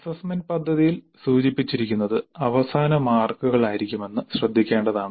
assessment പദ്ധതിയിൽ സൂചിപ്പിച്ചിരിക്കുന്നത് അവസാന മാർക്കുകളായിരിക്കുമെന്ന് ശ്രദ്ധിക്കേണ്ടതാണ്